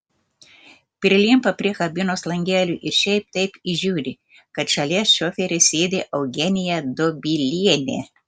prilimpa prie kabinos langelio ir šiaip taip įžiūri kad šalia šoferio sėdi eugenija dobilienė